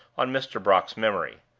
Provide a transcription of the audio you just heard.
on mr. brock's memory.